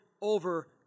over